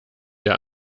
der